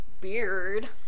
beard